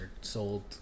sold